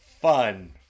Fun